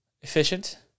efficient